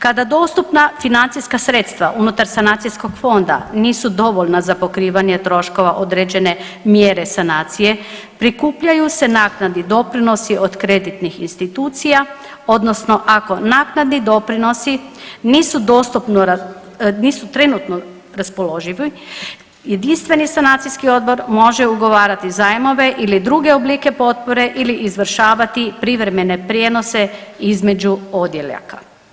Kada dostupna financijska sredstva unutar sanacijskog fonda nisu dovoljna za pokrivanje troškova određene mjere sanacije, prikupljaju se naknadni doprinosi od kreditnih institucija odnosno ako naknadni doprinosi nisu trenutno raspoloživi jedinstveni sanacijski odbor može ugovarati zajmove ili druge oblike potpore ili izvršavati privremene prijenose između odjeljaka.